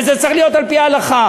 וזה צריך להיות על-פי ההלכה.